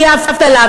תהיה אבטלה,